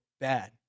bad